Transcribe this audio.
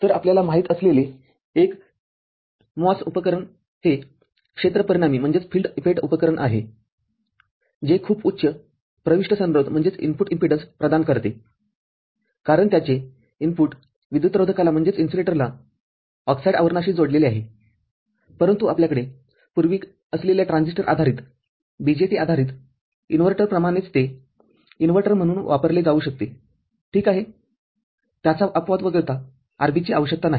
तरआपल्याला माहित असलेले एक MOS उपकरण हे क्षेत्र परिणामी उपकरण आहे जे खूप उच्च प्रविष्ट संरोध प्रदान करते कारण त्याचे इनपुट विद्युतरोधकाला ऑक्साइडआवरणाशी जोडलेले आहेपरंतु आपल्याकडे पूर्वी असलेल्या ट्रान्झिस्टर आधारित BJT आधारित इनव्हर्टर प्रमाणेच ते इन्व्हर्टर म्हणून वापरले जाऊ शकते ठीक आहेत्याचा अपवाद वगळता RB ची आवश्यकता नाही